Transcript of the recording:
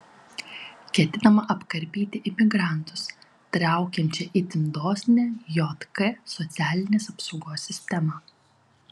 ketinama apkarpyti imigrantus traukiančią itin dosnią jk socialinės apsaugos sistemą